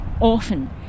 orphan